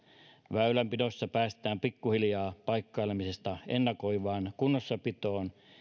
väylänpidossa päästään pikkuhiljaa paikkailemisesta ennakoivaan kunnossapitoon